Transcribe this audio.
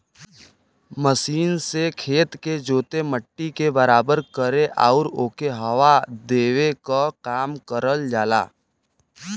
machine से खेत के जोते, मट्टी के बराबर करे आउर ओके हवा देवे क काम करल जाला